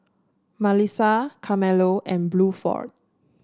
Malissa Carmelo and Bluford